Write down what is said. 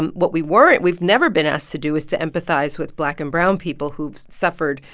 and what we were we've never been asked to do is to empathize with black and brown people who've suffered,